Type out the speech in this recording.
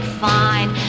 fine